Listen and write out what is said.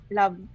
love